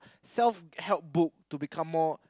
self help book to become more